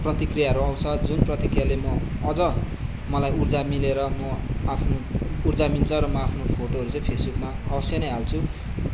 प्रतिक्रियाहरू आउँछ जुन प्रतिक्रियाले म अझ मलाई उर्जा मिलेर म आफ्नो उर्जा मिल्छ र म आफ्नो फोटोहरू चाहिँ फेसबुकमा अवश्य नै हाल्छु